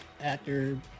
actor